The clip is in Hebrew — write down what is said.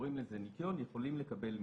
קוראים לזה ניכיון, הם יכולים לקבל מייד.